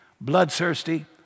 bloodthirsty